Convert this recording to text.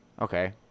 Okay